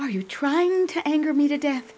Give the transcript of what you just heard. are you trying to anger me to death